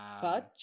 fudge